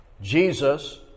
Jesus